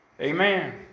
Amen